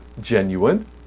genuine